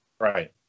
right